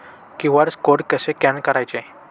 QR code कसे scan करायचे?